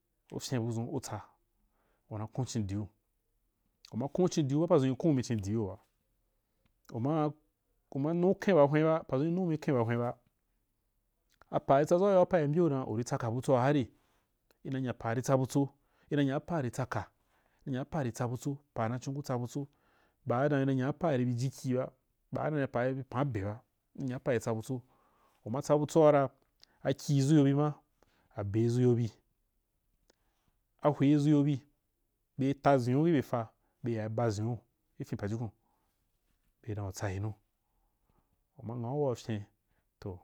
Uryim buzun utsa wana kun chin diu, uma kunu chin diuba azun ikunumei chindaiuyo ba, umaa-uma nughen bah we ba, apai tsazauyoa apa’ari mbyevdan uritsaka butsa aha re? Ina nya paa ri tsabutso, ina nyaa paa ritsaka, ina nya paari tsabutso paa nachon kutsa butso baa dan ina nya paa ri bi jiki ba, baa dan paa riibi pan abe ba ina nya paa ribitsa butso, uma tsabutso ara, aki izyobi ma, abe izuyo bi, ahwe izuyo bi, be tazinin ibeka be yai bazinua ifin pajukun, ber dan utsayinu uma nghau wauryin toh.